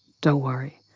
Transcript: don't worry,